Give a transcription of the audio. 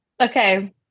okay